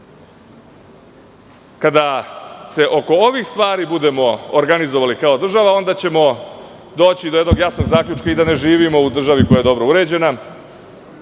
se oko ovih stvari budemo organizovali kao država, onda ćemo doći do jednog jasnog zaključka i da ne živimo u državi koja je dobro uređena,